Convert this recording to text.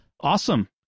Awesome